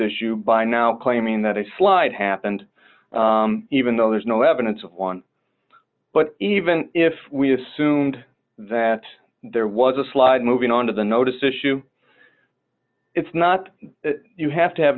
issue by now claiming that a slide happened even though there's no evidence of one but even if we assumed that there was a slide moving on to the notice issue it's not you have to have